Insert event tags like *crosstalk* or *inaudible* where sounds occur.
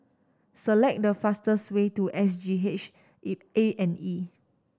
select the fastest way to S G H *unintelligible* A and E